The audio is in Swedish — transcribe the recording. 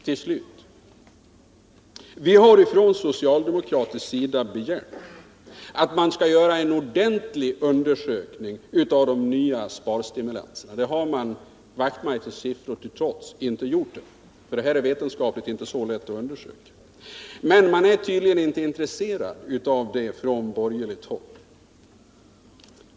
Till slut: Vi har från socialdemokratisk sida begärt att man skall göra en ordentlig undersökning av de nya sparstimulanserna. Det har man — Knut Wachtmeisters siffror till trots — inte gjort än. Den saken är vetenskapligt inte så lätt att undersöka. Men man är tydligen inte intresserad av det på borgerligt håll.